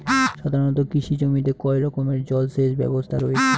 সাধারণত কৃষি জমিতে কয় রকমের জল সেচ ব্যবস্থা রয়েছে?